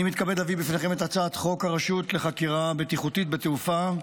אני מתכבד להביא בפניכם את הצעת חוק הרשות לחקירה בטיחותית בתעופה,